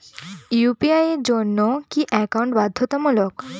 UPI এর জন্য কি একাউন্ট বাধ্যতামূলক?